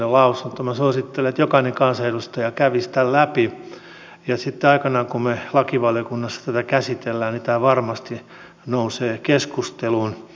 minä suosittelen että jokainen kansanedustaja kävisi tämän läpi ja sitten aikanaan kun me lakivaliokunnassa tätä käsittelemme tämä varmasti nousee keskusteluun